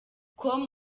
com